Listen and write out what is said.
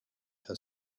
her